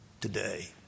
today